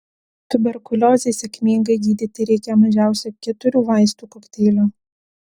tuberkuliozei sėkmingai gydyti reikia mažiausiai keturių vaistų kokteilio